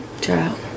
child